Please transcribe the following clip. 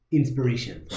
inspiration